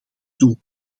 doen